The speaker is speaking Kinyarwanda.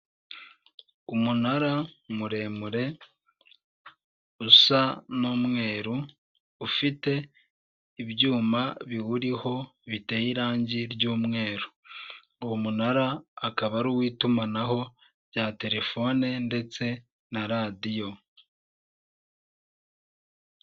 Umunara muremure usa n'umweru ufite ibyuma biwuriho biteye irangi ry'umweru, uwo munara akaba ari uwitumanaho rya telefone ndetse na radiyo.